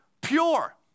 pure